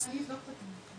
אני אבדוק את זה.